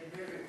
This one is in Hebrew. בשם מרצ.